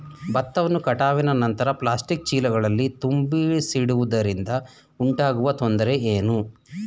ಭತ್ತವನ್ನು ಕಟಾವಿನ ನಂತರ ಪ್ಲಾಸ್ಟಿಕ್ ಚೀಲಗಳಲ್ಲಿ ತುಂಬಿಸಿಡುವುದರಿಂದ ಉಂಟಾಗುವ ತೊಂದರೆ ಏನು?